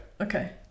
Okay